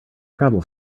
travel